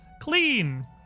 Clean